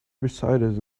recited